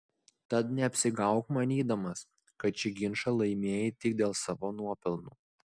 tad neapsigauk manydamas kad šį ginčą laimėjai tik dėl savo nuopelnų